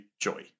joy